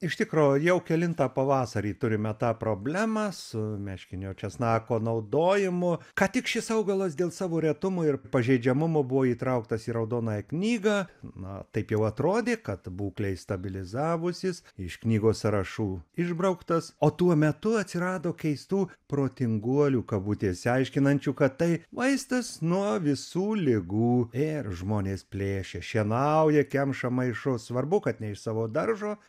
iš tikro jau kelintą pavasarį turime tą problemą su meškinio česnako naudojimu ką tik šis augalas dėl savo retumo ir pažeidžiamumo buvo įtrauktas į raudonąją knygą na taip jau atrodė kad būklei stabilizavusis iš knygos sąrašų išbrauktas o tuo metu atsirado keistų protinguolių kabutėse aiškinančių kad tai vaistas nuo visų ligų ir žmonės plėšia šienauja kemša maišus svarbu kad ne iš savo daržo